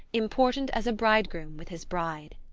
important as a bridegroom with his bride.